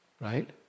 right